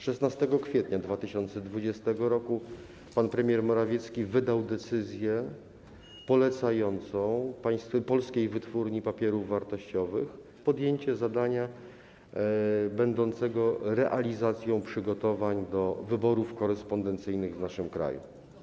16 kwietnia 2020 r. pan premier Morawiecki wydał decyzję polecającą Polskiej Wytwórni Papierów Wartościowych podjęcie zadania będącego realizacją przygotowań do wyborów korespondencyjnych w naszym kraju.